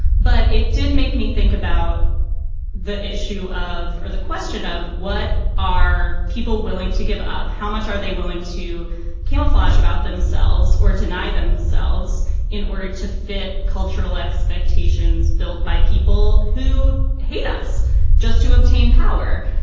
but it did make me think about the issue of the question of what are people willing to give up, how much are they willing to camouflage about themselves or deny themselves in order to fit cultural expectations built by people who hate us just to obtain power?